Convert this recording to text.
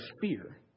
fear